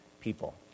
people